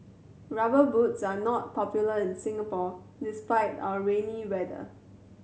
Rubber Boots are not popular in Singapore despite our rainy weather